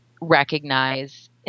recognize